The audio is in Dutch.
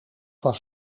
was